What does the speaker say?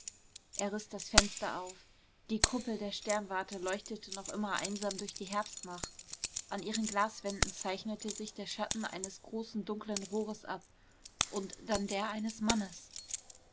er riß das fenster auf die kuppel der sternwarte leuchtete noch immer einsam durch die herbstnacht an ihren glaswänden zeichnete sich der schatten eines großen dunklen rohres ab und dann der eines mannes